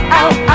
out